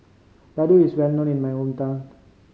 ladoo is well known in my hometown